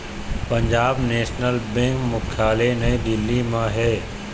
Punjab national bank मुख्यालय नई दिल्ली म हे